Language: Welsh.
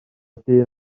dyn